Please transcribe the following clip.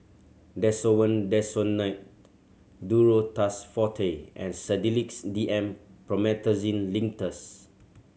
Desowen Desonide Duro Tuss Forte and Sedilix D M Promethazine Linctus